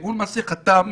והוא למעשה חתם,